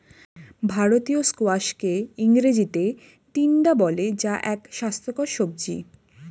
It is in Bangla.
ভারতীয় স্কোয়াশকে ইংরেজিতে টিন্ডা বলে যা এক স্বাস্থ্যকর সবজি